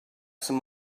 some